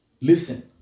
Listen